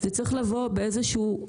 אני רוצה להתחיל עם איש יקר,